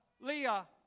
Leah